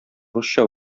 русча